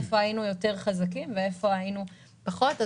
איפה היינו חזקים יותר ואיפה היינו חזקים פחות.